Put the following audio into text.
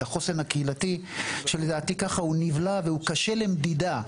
את החוסן הקהילתי שלדעתי כך הוא נבלע והוא קשה למדידה.